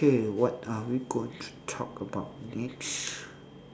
okay what are we going to talk about next